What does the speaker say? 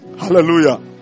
Hallelujah